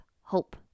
hope